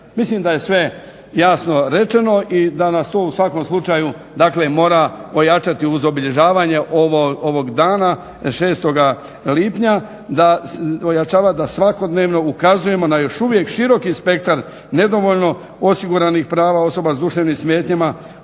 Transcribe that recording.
Mislim da je sve jasno rečeno i da nas to u svakom slučaju, dakle mora ojačati uz obilježavanje ovog dana 6. lipnja. Ojačavat da svakodnevno ukazujemo na još uvijek široki spektar nedovoljno osiguranih prava osoba s duševnim smetnjama.